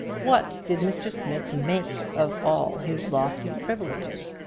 what did mr. smith make of all his lofty privileges?